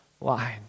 line